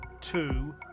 two